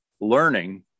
learning